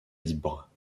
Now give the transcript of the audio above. libre